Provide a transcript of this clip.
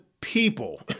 people